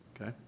Okay